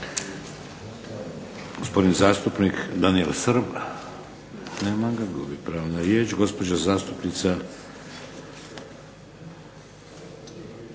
Gospodin zastupnik Daniel Srb. Nema ga, gubi pravo na riječ. Gospođa zastupnica